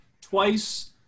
twice